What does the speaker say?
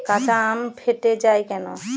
কাঁচা আম ফেটে য়ায় কেন?